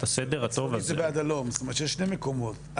זה בעד הלום, זאת אומרת שיש בשני מקומות.